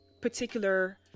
particular